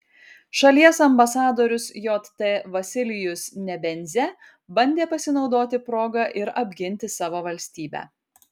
šalies ambasadorius jt vasilijus nebenzia bandė pasinaudoti proga ir apginti savo valstybę